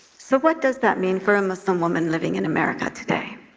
so, what does that mean for a muslim woman living in america today,